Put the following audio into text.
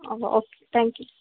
oh okay thank you